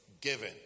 given